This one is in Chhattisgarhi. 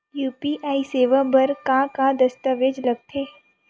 यू.पी.आई सेवा बर का का दस्तावेज लगथे?